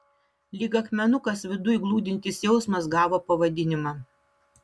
lyg akmenukas viduj glūdintis jausmas gavo pavadinimą